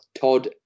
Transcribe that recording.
Todd